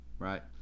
right